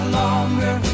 longer